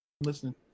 listening